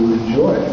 enjoy